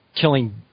killing